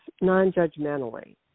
non-judgmentally